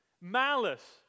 malice